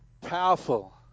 powerful